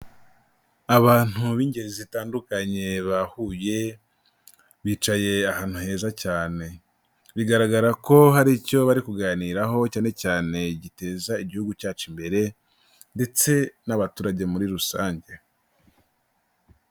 Abantu b'ingeri zitandukanye bahuye bicaye ahantu heza cyane, bigaragara ko hari icyo bari kuganiraho cyane cyane giteza Igihugu cyacu imbere ndetse n'abaturage muri rusange.